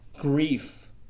Grief